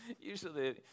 Usually